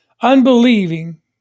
Unbelieving